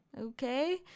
Okay